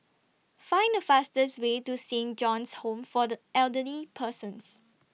Find The fastest Way to Saint John's Home For The Elderly Persons